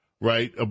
right